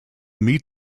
meet